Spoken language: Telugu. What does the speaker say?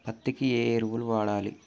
పత్తి కి ఏ ఎరువులు వాడాలి?